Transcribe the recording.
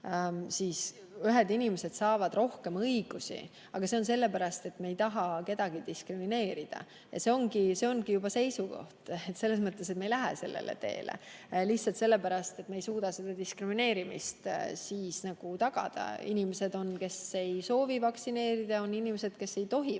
ühed inimesed saavad rohkem õigusi. See on nii sellepärast, et me ei taha kedagi diskrimineerida ja see ongi juba seisukoht. Selles mõttes, et me ei lähe sellele teele lihtsalt sellepärast, et me ei suuda seda diskrimineerimist [vältida]. On inimesi, kes ei soovi lasta end vaktsineerida, on inimesi, kes ei tohi lasta enda